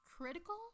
critical